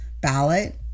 ballot